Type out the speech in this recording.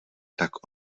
tak